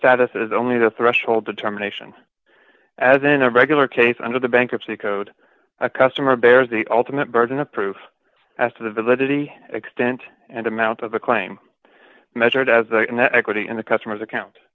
status is only the threshold determination as in a regular case under the bankruptcy code a customer bears the ultimate burden of proof as to the validity extent and amount of the claim measured as equity in the customer's account